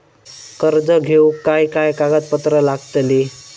कर्ज घेऊक काय काय कागदपत्र लागतली?